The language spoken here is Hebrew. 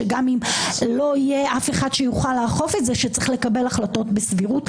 שגם אם לא יהיה אף אחד שיוכל לאכוף את זה שצריך לקבל החלטות בסבירות.